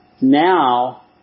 now